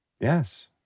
Yes